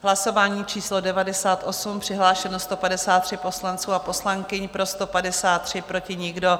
V hlasování číslo 98 přihlášeno 153 poslanců a poslankyň, pro 153, proti nikdo.